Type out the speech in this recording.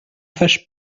fâche